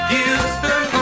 Houston